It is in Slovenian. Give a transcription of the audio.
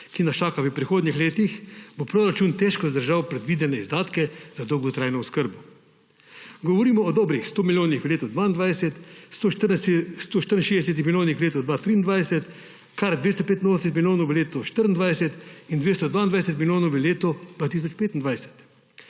ki nas čaka v prihodnjih letih, bo proračun težko zdržal predvidene izdatke za dolgotrajno oskrbo. Govorimo o dobrih 100 milijonih v letu 2022, 164 milijonih v letu 2023, kar 285 milijonov v letu 2024 in 222 milijonov v letu 2025.